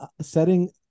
setting